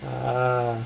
a'ah